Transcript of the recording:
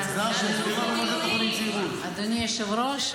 תודה, אדוני היושב-ראש.